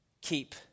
keep